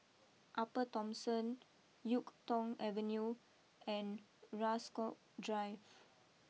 Upper Thomson Yuk Tong Avenue and Rasok Drive